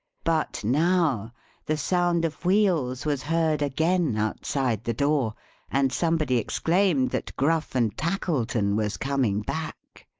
but now the sound of wheels was heard again outside the door and somebody exclaimed that gruff and tackleton was coming back.